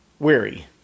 Weary